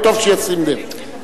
וטוב שישים לב.